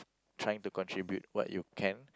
trying to contribute what you can